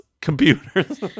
computers